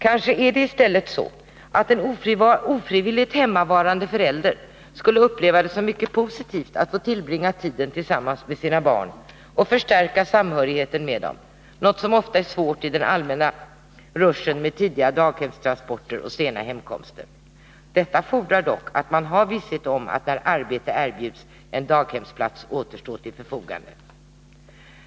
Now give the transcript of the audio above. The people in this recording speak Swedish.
Kanske är det i stället så att en ofrivilligt hemmavarande förälder skulle uppleva det som mycket positivt att få tillbringa tiden tillsammans med sina barn och förstärka samhörigheten med dem — något som ofta är svårt i den allmänna ruschen med tidiga daghemstransporter och sena hemkomster. Detta fordrar dock att man har visshet om att när arbete erbjuds står en daghemsplats åter till förfogande.